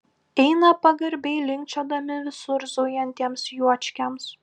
eina pagarbiai linkčiodami visur zujantiems juočkiams